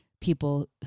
people